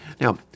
Now